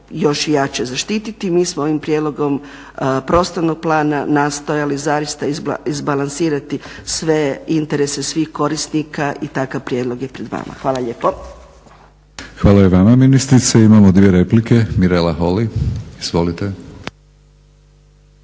Hvala i vama ministrice. Imamo dvije replike. Mirela Holy, izvolite.